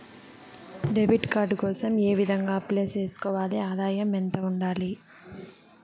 Debit card కోసం ఏ విధంగా అప్లై సేసుకోవాలి? ఆదాయం ఎంత ఉండాలి?